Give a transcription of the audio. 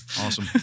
Awesome